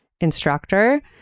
instructor